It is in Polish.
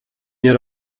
nie